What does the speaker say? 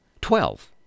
Twelve